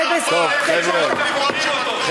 בושה וחרפה, טוב, חבר'ה.